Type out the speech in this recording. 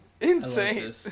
Insane